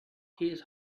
his